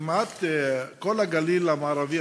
כמעט כל הגליל המערבי,